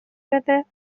بده